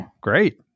Great